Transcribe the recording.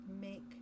make